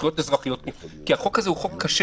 זכויות אזרחיות כי החוק הזה הוא חוק קשה